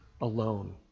alone